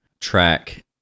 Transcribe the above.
track